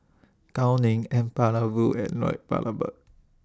Gao Ning N Palanivelu and Lloyd Valberg